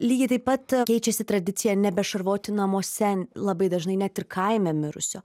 lygiai taip pat keičiasi tradicija nebe šarvoti namuose labai dažnai net ir kaime mirusio